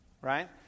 right